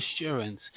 assurance